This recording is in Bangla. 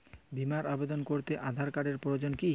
বিমার আবেদন করতে আধার কার্ডের প্রয়োজন কি?